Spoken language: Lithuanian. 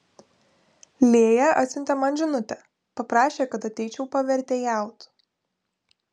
lėja atsiuntė man žinutę paprašė kad ateičiau pavertėjaut